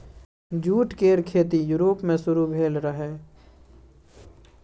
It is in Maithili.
जूट केर खेती युरोप मे शुरु भेल रहइ